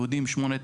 ויהודים שמונה,